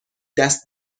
دست